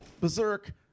berserk